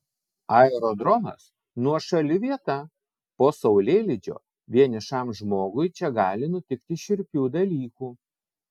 aerodromas nuošali vieta po saulėlydžio vienišam žmogui čia gali nutikti šiurpių dalykų